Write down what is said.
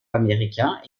américains